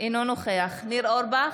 אינו נוכח ניר אורבך,